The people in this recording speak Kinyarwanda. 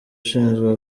ushinzwe